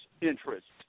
interests